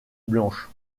blanche